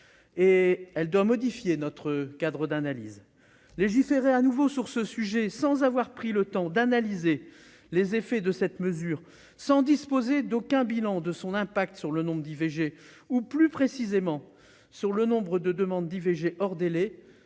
qui doit modifier notre cadre d'analyse. Légiférer à nouveau sur ce sujet sans avoir pris le temps d'analyser les effets de cette mesure, sans disposer d'aucun bilan de son impact sur le nombre d'IVG, ou plus précisément sur le nombre de demandes d'IVG hors délai,